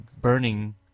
burning